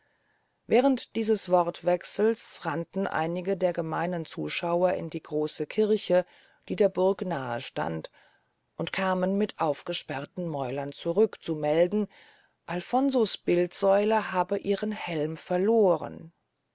während dieses wortwechsels rannten einige der gemeinen zuschauer in die große kirche die der burg nahe stand und kamen mit aufgesperrten mäulern zurück zu melden alfonso's bildsäule habe ihren helm verlohren